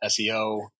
SEO